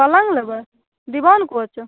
पलङ्ग लेबै दीवान कोच